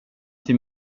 till